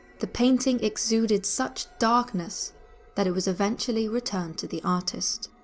the painting exuded such darkness that it was eventually returned to the artist.